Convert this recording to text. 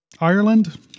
Ireland